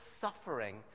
suffering